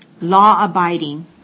law-abiding